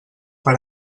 per